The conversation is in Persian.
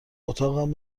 اتاقم